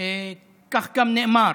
כך גם נאמר.